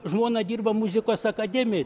žmona dirba muzikos akademijoj